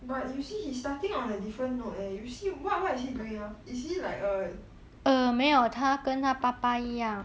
but you see he starting on a different note eh you see what what is he doing is he like err